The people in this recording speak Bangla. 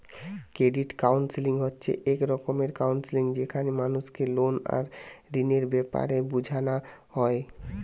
ক্রেডিট কাউন্সেলিং হচ্ছে এক রকমের কাউন্সেলিং যেখানে মানুষকে লোন আর ঋণের বেপারে বুঝানা হয়